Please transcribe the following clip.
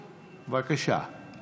בבקשה.